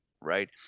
Right